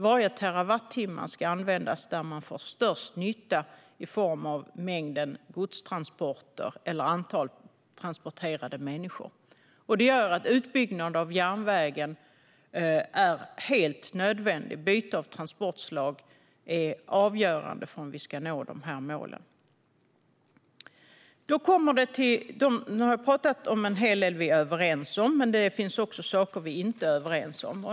Varje terawattimme ska användas där man får störst nytta i form av mängden godstransporter eller antal transporterade människor. Detta gör i sin tur att utbyggnad av järnvägen är helt nödvändig. Ett byte av transportslag är avgörande för om vi ska nå målen. Nu har jag talat om en hel del som vi är överens om, men det finns också saker som vi inte är överens om.